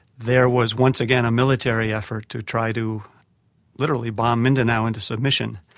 there was once again a military effort to try to literally bomb mindanao into submission,